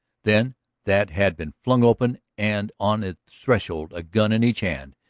then that had been flung open and on its threshold, a gun in each hand,